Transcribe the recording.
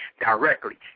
directly